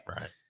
Right